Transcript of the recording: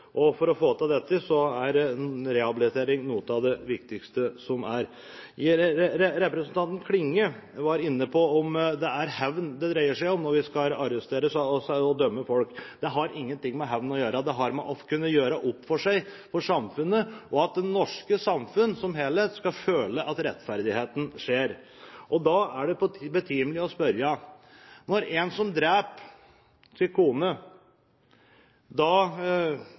For å få til dette er en rehabilitering noe av det viktigste som er. Representanten Klinge var inne på om det er hevn det dreier seg om når vi skal arrestere og dømme folk. Det har ingenting med hevn å gjøre. Det har med å kunne gjøre opp for seg overfor samfunnet, og at det norske samfunn som helhet skal føle at rettferdigheten skjer. Da er det betimelig å nevne: Når en som dreper